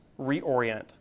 reorient